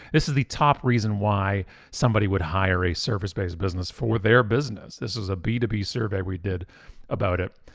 this is the top reason why somebody would hire a service-based business for their business. this is a b two b survey we did about it.